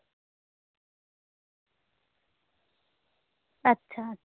ᱟᱪᱪᱷᱟ ᱟᱪᱪᱷᱟ